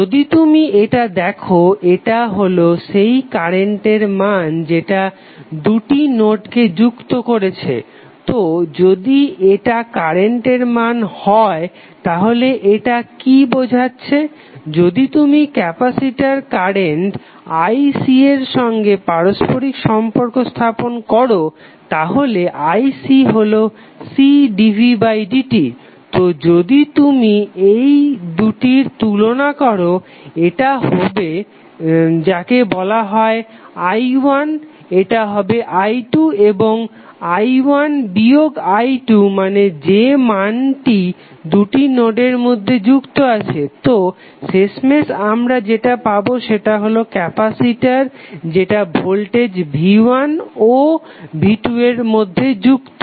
যদি তুমি এটা দেখো এটা হলো সেই কারেন্টের মান যেটা দুটি নোডকে যুক্ত করেছে তো যদি এটা কারেন্টের মান হয় তাহলে এটা কি বোঝাচ্ছে যদি তুমি ক্যাপাসিটর কারেন্ট ic এর সঙ্গে পারস্পরিক সম্পর্ক স্থাপন করো তাহলে ic হলো C dvdt তো যদি তুমি এই দুটির তুলনা করো এটা হবে যাকে বলা হয় i1 এটা হবে i2 এবং i1 বিয়োগ i2 মানে যে মানটি দুটি নোডের মধ্যে যুক্ত আছে তো শেষমেশ আমরা যেটা পাবো সেটা হলো ক্যাপাসিটর যেটা ভোল্টেজ v1 ও v2 এর মধ্যে যুক্ত